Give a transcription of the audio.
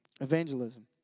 Evangelism